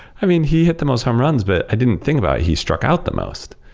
i mean, he hit the most homeruns, but i didn't think about he struck out the most.